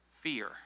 fear